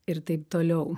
ir taip toliau